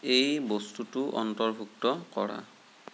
এই বস্তুটো অন্তৰ্ভুক্ত কৰা